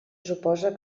suposa